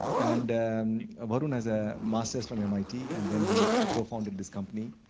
and varun has a masters from mit and then he co-founded this company,